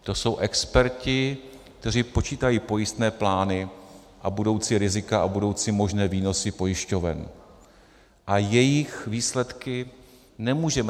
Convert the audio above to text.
To jsou experti, kteří počítají pojistné plány a budoucí rizika a budoucí možné výnosy pojišťoven, a jejich výsledky nemůžeme .